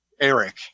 Eric